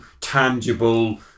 tangible